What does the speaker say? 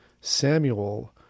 Samuel